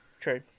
True